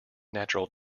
natural